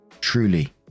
truly